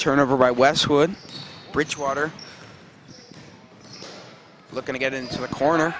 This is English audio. turnover right westwood bridgewater looking to get into a corner